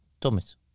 Thomas